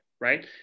Right